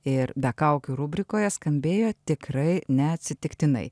ir be kaukių rubrikoje skambėjo tikrai neatsitiktinai